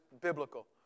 biblical